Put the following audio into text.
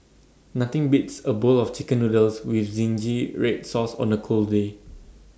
nothing beats A bowl of Chicken Noodles with Zingy Red Sauce on A cold day